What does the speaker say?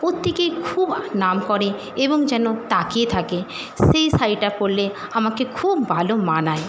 প্রত্যেকেই খুব নাম করে এবং যেন তাকিয়ে থাকে সেই শাড়িটা পরলে আমাকে খুব ভালো মানায়